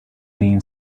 being